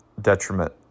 detriment